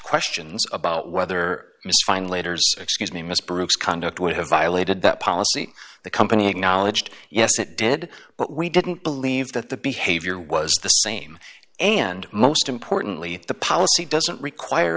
questions about whether mr fein later excuse me miss bruce conduct would have violated that policy the company acknowledged yes it did but we didn't believe that the behavior was the same and most importantly the policy doesn't require